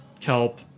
kelp